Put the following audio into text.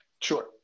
Sure